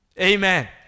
Amen